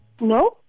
No